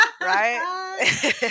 right